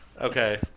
Okay